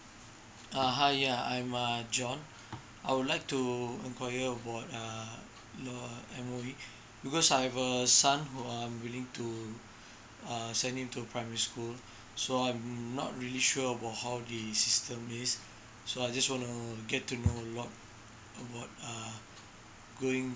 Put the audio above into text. uh hi yeah I'm uh john I would like to enquire about uh the M_O_E because I have a son who I am willing to uh send him to primary school so I am not really sure about how the system is so I just want to get to know a lot about uh going